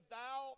Thou